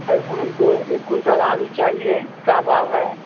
अरे हमको इस्कूल पर आलू चाहिये क्या भाव है